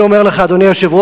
עצוב,